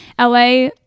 LA